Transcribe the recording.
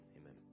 amen